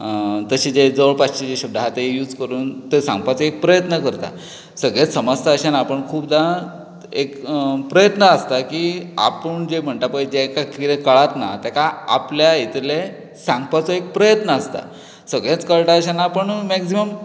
तशे जे शब्द आहा ते यूज करून तें सांगपाचो एक प्रयत्न करता सगळेंच समजता अशें ना पूण खुबदां एक प्रयत्न आसता की आपून जें म्हणटा पय जें एकाक कितें कळच ना तेका आपल्या हितुंतलें सांगपाचो एक प्रयत्न आसता सगळेंच कळटा अशें ना पूण मॅक्झीमम